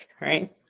right